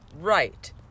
right